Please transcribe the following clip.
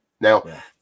Now